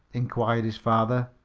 inquired his father.